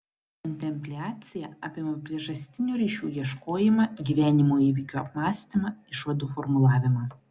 kontempliacija apima priežastinių ryšių ieškojimą gyvenimo įvykių apmąstymą išvadų formulavimą